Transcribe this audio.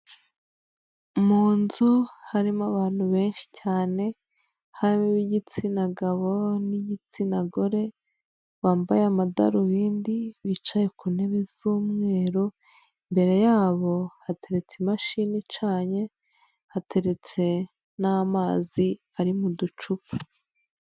Mu nzu harimo abantu benshi cyane, harimo ab'igitsina gabo n'igitsina gore, bambaye amadarubindi bicaye ku ntebe z'umweru, imbere yabo hateretse imashini icanye, hateretse n'amazi ari mu ducupa.